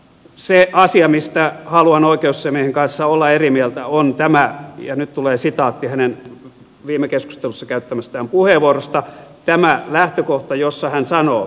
se asia mistä haluan oikeusasiamiehen kanssa olla eri mieltä on ja nyt tulee sitaatti hänen viime keskustelussa käyttämästään puheenvuorosta tämä lähtökohta jossa hän sanoo